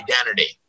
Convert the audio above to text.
identity